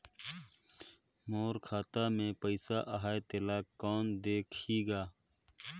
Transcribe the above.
मोर खाता मे पइसा आहाय तेला कोन देख देही गा?